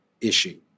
issue